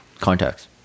contacts